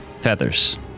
feathers